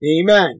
Amen